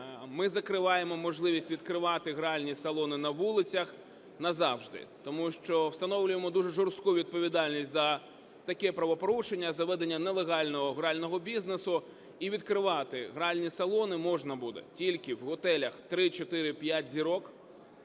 ми закриваємо можливість відкривати гральні салони на вулицях назавжди, тому що встановлюємо дуже жорстку відповідальність за таке правопорушення, за ведення нелегального грального бізнесу. І відкривати гральні салони можна буде тільки в готелях 3, 4, 5 зірок,